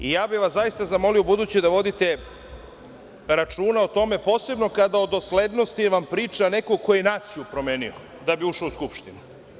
Zaista bih vas zamolio ubuduće da vodite računa o tome, posebno kada vam o doslednosti priča neko ko je naciju promenio da bi ušao u Skupštinu.